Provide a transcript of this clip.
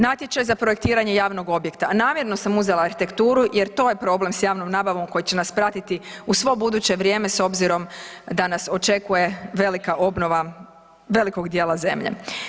Natječaj za projektiranje javnog objekta, namjerno sam uzela arhitekturu jer je to je problem s javnom nabavom koji će nas pratiti u svo buduće vrijeme s obzirom da nas očekuje velika obnova velikog dijela zemlje.